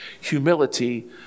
Humility